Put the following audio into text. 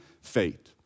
fate